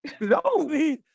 No